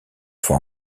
fois